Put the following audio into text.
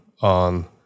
on